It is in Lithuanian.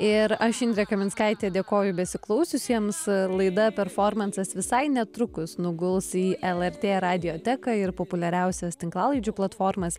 ir aš indrė kaminskaitė dėkoju besiklausiusiems laida performansas visai netrukus nuguls į lrt radioteką ir populiariausias tinklalaidžių platformas